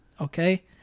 Okay